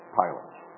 pilots